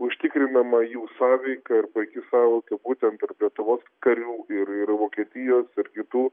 užtikrinama jų sąveika ir puiki sąveika būtent tarp lietuvos karių ir ir vokietijos ir kitų